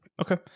Okay